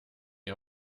die